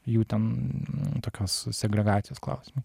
jų ten tokios segregacijos klausimų